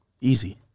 Easy